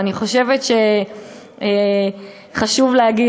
ואני חושבת שחשוב להגיד,